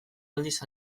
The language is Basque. aldiz